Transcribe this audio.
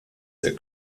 der